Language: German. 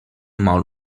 maul